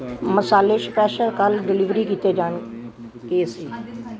ਮਸਾਲੇ ਸਪੈਸ਼ਲ ਕੱਲ੍ਹ ਡਿਲੀਵਰੀ ਕੀਤੇ ਜਾਣੇ ਗਏ ਸੀ